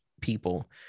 people